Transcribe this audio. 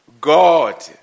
God